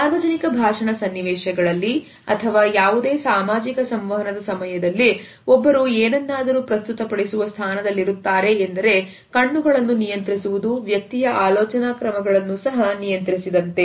ಸಾರ್ವಜನಿಕ ಭಾಷಣ ಸನ್ನಿವೇಶಗಳಲ್ಲಿ ಅಥವಾ ಯಾವುದೇ ಸಾಮಾಜಿಕ ಸಂವಹನದ ಸಮಯದಲ್ಲಿ ಒಬ್ಬರು ಏನನ್ನಾದರೂ ಪ್ರಸ್ತುತಪಡಿಸುವ ಸ್ಥಾನದಲ್ಲಿರುತ್ತಾರೆ ಎಂದರೆ ಕಣ್ಣುಗಳನ್ನು ನಿಯಂತ್ರಿಸುವುದು ವ್ಯಕ್ತಿಯ ಆಲೋಚನಾ ಕ್ರಮಗಳನ್ನು ಸಹ ನಿಯಂತ್ರಿಸಿದಂತೆ